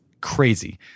crazy